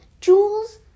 Jules